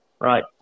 Right